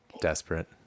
desperate